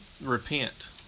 Repent